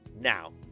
now